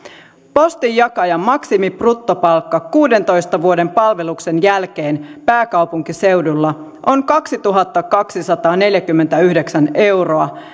postinjakajan maksimibruttopalkka kuudentoista vuoden palveluksen jälkeen pääkaupunkiseudulla on kaksituhattakaksisataaneljäkymmentäyhdeksän euroa